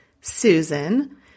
Susan